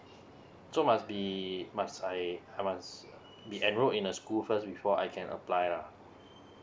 so must be must I I must be enrolled in a school first before I can apply lah